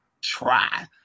Try